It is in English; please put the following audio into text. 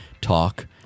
Talk